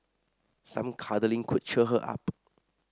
some cuddling could cheer her up